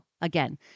Again